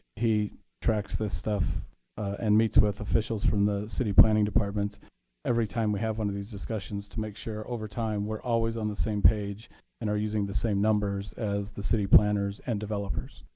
he tracks this stuff and meets with officials from the city planning department every time we have one of these discussions to make sure over time we're always on the same page and are using the same numbers as the city planners and developers.